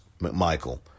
McMichael